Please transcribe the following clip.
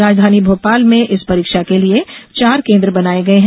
राजधानी भोपाल में इस परीक्षा के लिये चार केन्द्र बनाए गये हैं